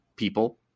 people